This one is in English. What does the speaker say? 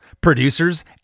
producers